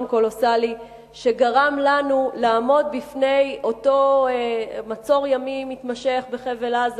קולוסלי שגרם לנו לעמוד בפני אותו מצור ימי מתמשך בחבל-עזה.